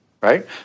right